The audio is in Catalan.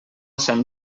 sant